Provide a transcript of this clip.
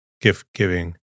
gift-giving